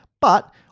But-